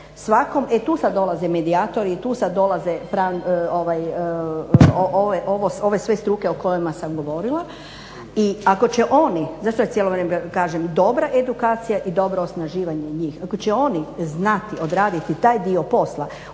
to sad dolaze medijatori i tu sad dolaze ove sve struke o kojima sam govorila. I ako će oni, zašto ja cijelo vrijeme kažem dobra edukacija i dobro osnaživanje njih. Ako će oni znati odraditi taj dio posla